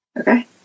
Okay